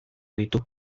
ditu